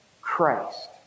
Christ